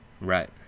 Right